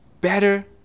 better